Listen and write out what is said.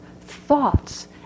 thoughts